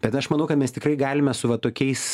bet aš manau kad mes tikrai galime su va tokiais